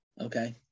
Okay